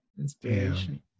inspiration